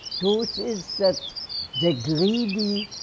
truth is that the greedy